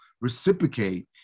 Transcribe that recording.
reciprocate